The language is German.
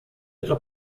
ihre